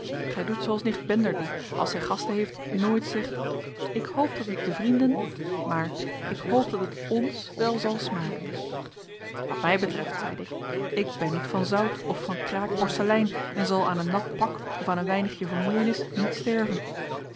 gij doet zooals nicht bender die als zij gasten heeft nooit zegt ik hoop dat het den vrienden maar ik hoop dat het ons wel zal smaken wat mij betreft zeide ik ik ben niet van zout of van kraak porselein en zal aan een nat pak of aan een weinigje vermoeienis niet sterven